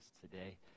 today